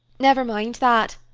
never mind that.